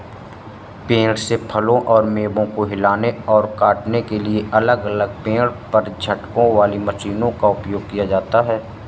पेड़ से फलों और मेवों को हिलाने और काटने के लिए अलग अलग पेड़ पर झटकों वाली मशीनों का उपयोग किया जाता है